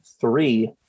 three